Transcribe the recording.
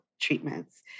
treatments